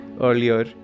earlier